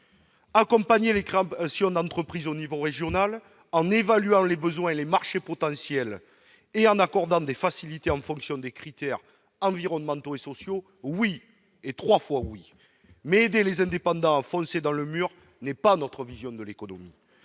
Accompagner les créations d'entreprises au niveau régional en évaluant les besoins et les marchés potentiels et en accordant des facilités en fonction de critères environnementaux ou sociaux, oui ! Mais aider les indépendants à foncer dans le mur n'est pas notre vision de l'économie.